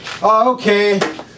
Okay